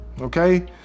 okay